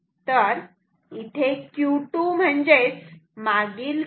तर इथे Q2 मागील Q1